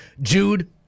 Jude